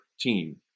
team